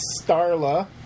Starla